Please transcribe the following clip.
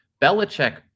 Belichick